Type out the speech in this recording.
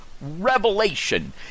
revelation